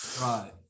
Right